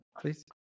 please –